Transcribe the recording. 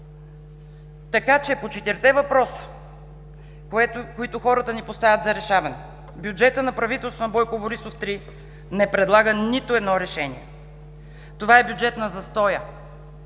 риск! По четирите въпроса, които хората ни поставят за решаване, Бюджетът на правителството на Бойко Борисов 3 не предлага нито едно решение. Това е бюджет на застоя,